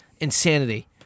insanity